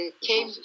came